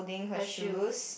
her shoes